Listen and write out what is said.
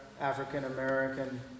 African-American